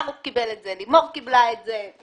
ברוך קיבל את זה, לימור קיבלה את זה.